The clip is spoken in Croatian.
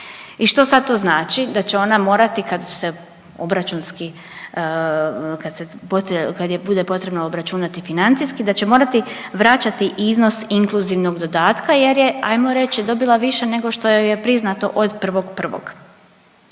I što sad to znači, da će ona morati kad se obračunski, kad se …, kad joj bude potrebno izračunati financijski da će morati vraćati iznos inkluzivnog dodatka jer je ajmo reći dobila više nego što joj je priznato od 1.1..